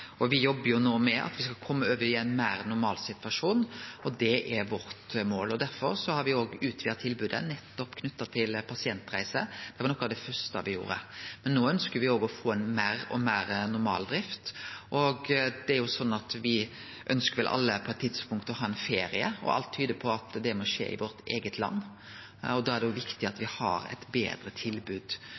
no med at me skal kome over i ein meir normal situasjon, og det er vårt mål. Derfor har me utvida tilbodet knytt til pasientreiser. Det var noko av det første me gjorde. No ønskjer me å få ein meir normal drift. Og me ønskjer vel alle på eit tidspunkt å ha ein ferie, og alt tyder på at det må skje i vårt eige land. Da er det òg viktig at me har eit betre tilbod